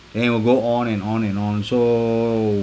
then we'll go on and on and on so